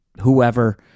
whoever